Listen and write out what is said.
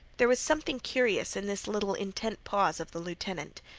there was something curious in this little intent pause of the lieutenant.